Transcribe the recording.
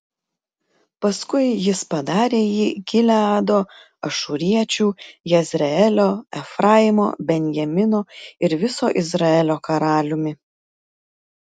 paskui jis padarė jį gileado ašūriečių jezreelio efraimo benjamino ir viso izraelio karaliumi